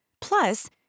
Plus